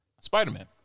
Spider-Man